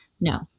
No